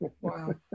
Wow